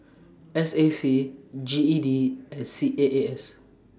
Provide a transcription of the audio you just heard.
S A C G E D and C A A S